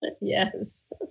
yes